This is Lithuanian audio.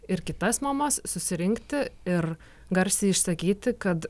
ir kitas mamas susirinkti ir garsiai išsakyti kad